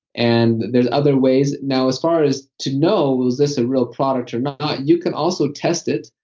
and there's other ways now, as far as to know, is this a real product, or not, you can also test it.